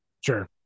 Sure